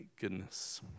goodness